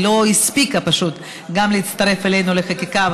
היא לא הספיקה פשוט גם להצטרף אלינו לחקיקה,